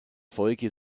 folge